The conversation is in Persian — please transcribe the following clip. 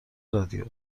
رادیو